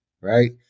right